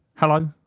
Hello